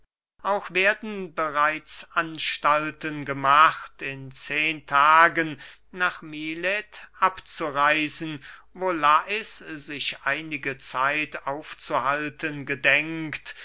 auch werden bereits anstalten gemacht in zehen tagen nach milet abzureisen wo lais sich einige zeit aufzuhalten gedenkt